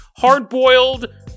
Hard-boiled